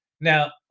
Now